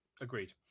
Agreed